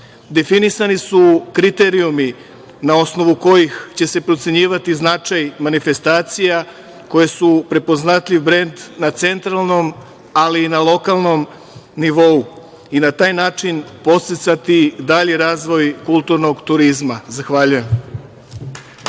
sporta. Definisani su kriterijumi na osnovu kojih će se procenjivati značaj manifestacija koje su prepoznatljiv brend na centralnom, ali i na lokalnom nivou i na taj način podsticati dalji razvoj kulturnog turizma. Zahvaljujem.